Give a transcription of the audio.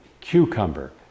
cucumber